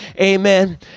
amen